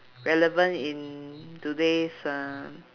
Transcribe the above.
relevant in today's uh